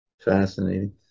Fascinating